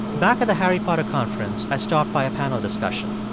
back at the harry potter conference, i stopped by a panel discussion.